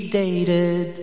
dated